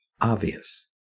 obvious